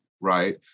right